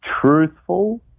truthful